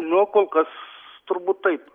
nu kol kas turbūt taip